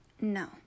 No